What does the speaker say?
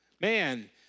Man